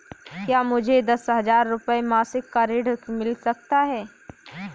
क्या मुझे दस हजार रुपये मासिक का ऋण मिल सकता है?